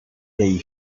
their